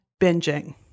binging